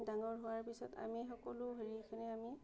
ডাঙৰ হোৱাৰ পিছত আমি সকলো হেৰিখিনি আমি